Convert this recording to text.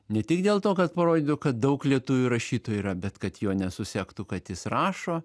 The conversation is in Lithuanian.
ne tik dėl to kad parodytų kad daug lietuvių rašytojų yra bet kad jo nesusektų kad jis rašo